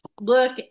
look